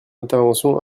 intervention